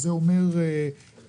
שזה אומר רוסית,